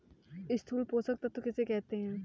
स्थूल पोषक तत्व किन्हें कहते हैं?